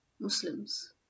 Muslims